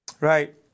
Right